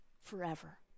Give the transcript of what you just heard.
forever